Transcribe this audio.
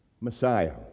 Messiah